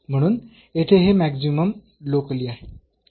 म्हणून येथे हे मॅक्सिमम लोकली आहे